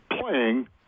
playing